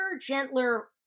gentler